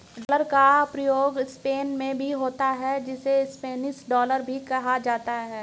dollar का प्रयोग Spain में भी होता है जिसे स्पेनिश डॉलर कहा जाता है